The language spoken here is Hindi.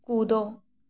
कूदो